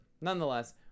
nonetheless